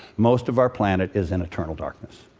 most of our planet is in eternal darkness.